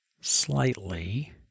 slightly